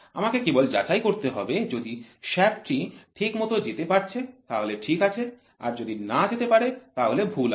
আমাকে কেবল যাচাই করতে যদি শ্যাফ্ট টি ঠিকমতো যেতে পারছে তাহলে ঠিক আছে আর যদি না যেতে পারে তাহলে ভুল আছে